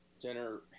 dinner